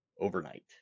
overnight